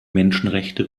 menschenrechte